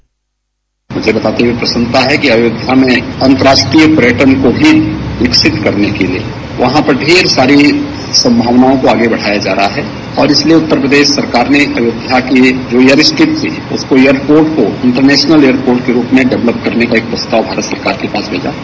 bite मुझे बताते हुए प्रसन्नता है कि अयोध्या में अतंरष्ट्रीय पर्यटन को भी विकसित करने के लिये वहां पर ढेर सारी संभावनाओं को आगे बढ़ाया जा रहा है और इसलिये उत्तर प्रदेश सरकार ने अयोध्या के रियल स्टेट एयरपोर्ट को इंटरनेशनल एयरपोर्ट के रूप में डेवलप करने का प्रस्ताव भारत सरकार के पास भेजा है